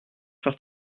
faire